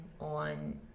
on